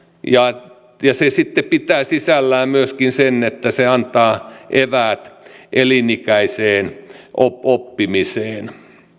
ja ja se sitten pitää sisällään myöskin sen että se antaa eväät elinikäiseen oppimiseen